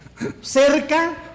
cerca